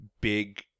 big